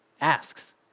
asks